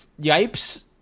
Yipes